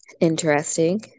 Interesting